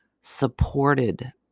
supported